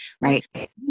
Right